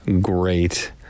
great